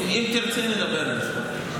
אם תרצי, נדבר על זה.